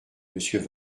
monsieur